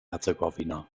herzegowina